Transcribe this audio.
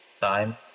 time